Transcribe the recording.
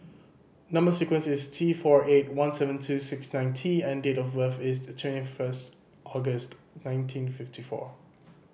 number sequence is T four eight one seven two six nine T and date of birth is twenty first August nineteen fifty four